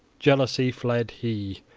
jealousy fled he,